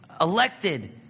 Elected